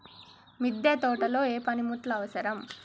మిద్దె తోటలో ఏ పనిముట్లు అవసరం?